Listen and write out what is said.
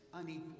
unequal